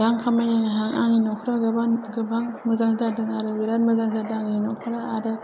रां खामायनो हा आंनि नख'राव गोबां गोबां मोजां जादों आरो बिराथ मोजां जादों आंनि नख'रा आरो